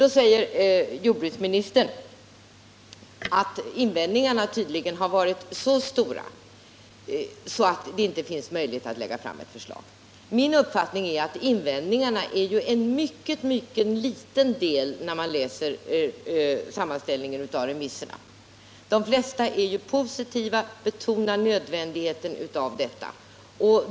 Då säger jordbruksministern att invändningarna varit så stora att det inte finns möjlighet att lägga fram något förslag. Min uppfattning, efter att ha läst sammanställningen av remisserna, är att invändningarna utgör en mycket liten del. De flesta är positiva och betonar nödvändigheten av en lösning av finansieringsproblemet.